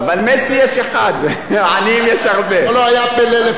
היה פלא לפניו, היו הרבה שמאשפות באו.